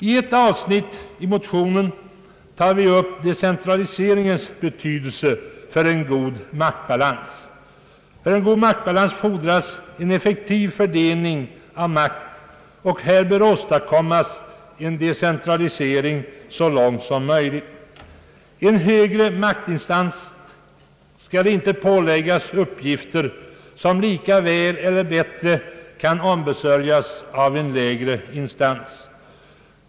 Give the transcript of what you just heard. I ett avsnitt i motionen tar vi upp decentraliseringens betydelse. För en god maktbalans fordras en effektiv fördelning av makten, och härvidlag bör åstadkommas en decentralisering så långt som möjligt. En högre maktinstans skall inte påläggas uppgifter som lika väl eller bättre kan ombesörjas av en lägre instans.